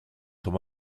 schon